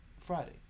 Friday